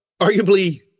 arguably